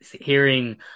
hearing